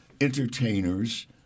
entertainers